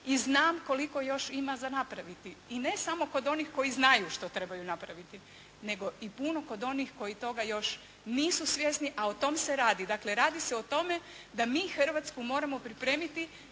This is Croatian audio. i znam koliko još ima za napraviti. I ne samo kod onih koji znaju što trebaju napraviti nego i puno kod onih koji toga još nisu svjesni, a o tome se radi. Dakle radi se o tome da mi Hrvatsku moramo pripremiti